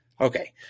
Okay